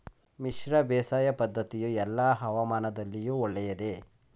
ಮಿಶ್ರ ಬೇಸಾಯ ಪದ್ದತಿಯು ಎಲ್ಲಾ ಹವಾಮಾನದಲ್ಲಿಯೂ ಒಳ್ಳೆಯದೇ?